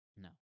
no